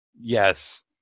Yes